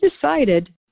decided